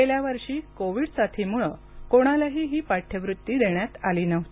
गेल्यावर्षी कोविड साथीमुळं कोणालाही ही पाठ्यवृत्ती देण्यात आली नव्हती